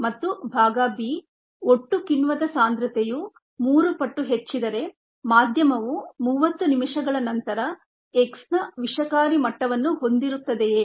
ಮತ್ತು ಭಾಗ b ಒಟ್ಟು ಕಿಣ್ವದ ಸಾಂದ್ರತೆಯು ಮೂರು ಪಟ್ಟು ಹೆಚ್ಚಿದ್ದರೆ ಮಾಧ್ಯಮವು 30 ನಿಮಿಷಗಳ ನಂತರ X ನ ವಿಷಕಾರಿ ಮಟ್ಟವನ್ನು ಹೊಂದಿರುತ್ತದೆಯೇ